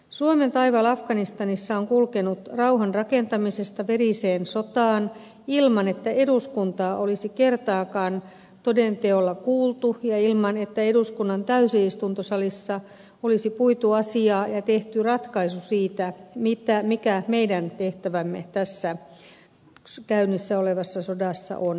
suomen taival afganistanissa on kulkenut rauhan rakentamisesta veriseen sotaan ilman että eduskuntaa olisi kertaakaan toden teolla kuultu ja ilman että eduskunnan täysistuntosalissa olisi puitu asiaa ja tehty ratkaisu siitä mikä meidän tehtävämme tässä käynnissä olevassa sodassa on